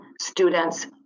students